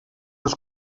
els